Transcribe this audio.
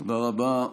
תודה רבה.